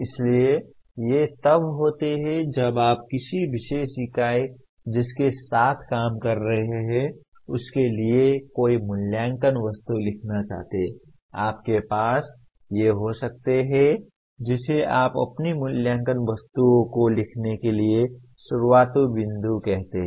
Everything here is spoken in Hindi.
इसलिए ये तब होते हैं जब आप किसी विशेष इकाई जिसके साथ काम कर रहे हैं उसके लिए कोई मूल्यांकन वस्तु लिखना चाहते हैं आपके पास ये हो सकते हैं जिसे आप अपनी मूल्यांकन वस्तुओं को लिखने के लिए शुरुआती बिंदु कहते हैं